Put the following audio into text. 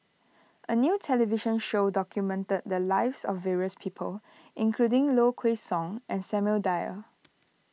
a new television show documented the lives of various people including Low Kway Song and Samuel Dyer